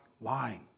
lying